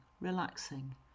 relaxing